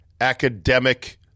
academic